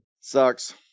Sucks